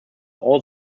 all